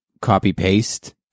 copy-paste